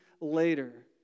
later